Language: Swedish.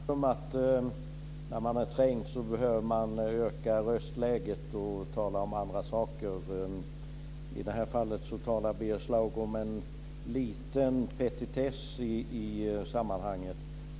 Fru talman! Det är ett väl känt faktum att man när man är trängd behöver höja röstläget och tala om andra saker. I detta fall talar Birger Schlaug om en liten petitess i sammanhanget.